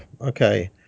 Okay